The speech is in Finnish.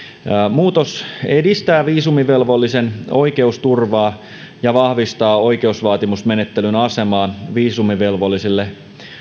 muutos edistää viisumivelvollisen oikeusturvaa ja vahvistaa oikaisuvaatimusmenettelyn asemaa viisumivelvollisille